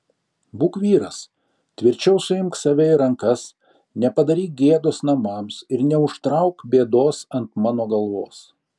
būk vyras tvirčiau suimk save į rankas nepadaryk gėdos namams ir neužtrauk bėdos ant mano galvos